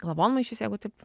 lavonmaišis jeigu taip